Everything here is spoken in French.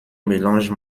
mélange